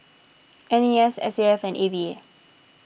N A S S A F and A V A